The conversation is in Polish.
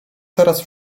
teraz